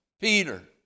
Peter